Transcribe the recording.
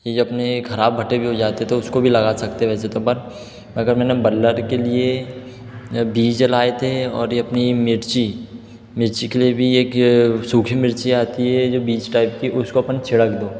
ये जो अपने खराब भुट्टे भी हो जाते तो उसको भी लगा सकते वैसे तो बट अगर मैंने बल्लर के लिए बीज लाए थे और ये अपनी मिर्ची मिर्ची के लिए भी एक ये सूखी मिर्ची आती है जो बीज टाइप कि उसको अपन छिड़क दो